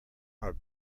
are